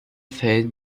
fällen